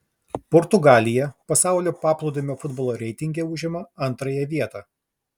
portugalija pasaulio paplūdimio futbolo reitinge užima antrąją vietą